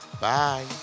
Bye